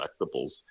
collectibles